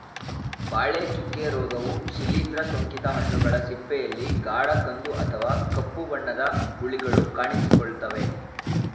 ಬಾಳೆ ಚುಕ್ಕೆ ರೋಗವು ಶಿಲೀಂದ್ರ ಸೋಂಕಿತ ಹಣ್ಣುಗಳ ಸಿಪ್ಪೆಯಲ್ಲಿ ಗಾಢ ಕಂದು ಅಥವಾ ಕಪ್ಪು ಬಣ್ಣದ ಗುಳಿಗಳು ಕಾಣಿಸಿಕೊಳ್ತವೆ